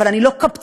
אבל אני לא קבצנית,